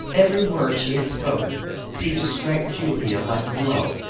every word she had spoken seemed to strike julia like a blow.